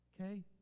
okay